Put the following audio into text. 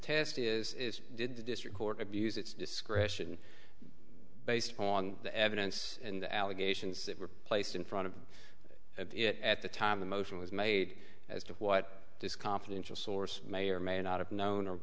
test is is did the district court abuse its discretion based on the evidence in the allegations that were placed in front of it at the time the motion was made as to what this confidential source may or may not have known